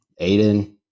Aiden